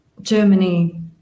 Germany